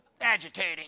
Agitating